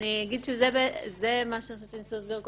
זה מה שניסיתי להסביר קודם,